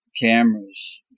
cameras